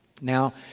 Now